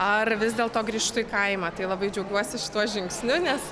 ar vis dėlto grįžtu į kaimą tai labai džiaugiuosi šituo žingsniu nes